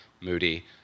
moody